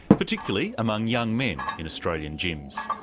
particularly among young men in australian gyms.